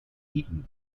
eaten